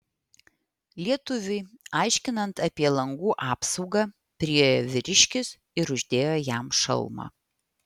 lietuviui aiškinant apie langų apsaugą priėjo vyriškis ir uždėjo jam šalmą